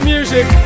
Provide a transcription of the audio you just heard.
Music